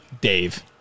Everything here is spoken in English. Dave